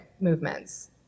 movements